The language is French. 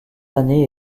années